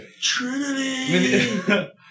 Trinity